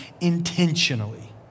intentionally